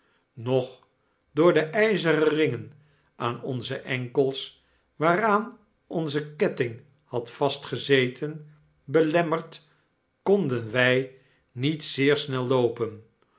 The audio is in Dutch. nog door de yzeren ringen aan onze enkels waaraan onze ketting had vastgezeten belemmerd konden wy niet zeer snel loopen